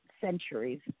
centuries